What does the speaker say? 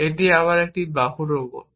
এবং এটি আমার এক বাহু রোবট